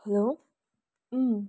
hello अँ